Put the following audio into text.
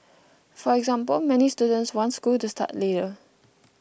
for example many students want school to start later